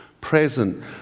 present